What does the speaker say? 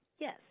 Yes